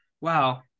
wow